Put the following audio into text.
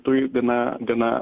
turi gana gana